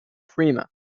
prima